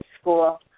school